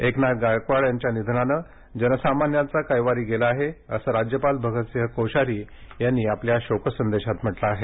एकनाथ गायकवाड यांच्या निधनानं जनसामान्यांचा कैवारी गेला आहे असं राज्यपाल भगतसिंग कोश्यारी यांनी आपल्या शोक संदेशात म्हटले आहे